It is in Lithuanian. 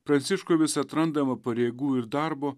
pranciškui vis atrandama pareigų ir darbo